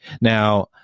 Now